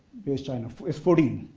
where is china? it's fourteen.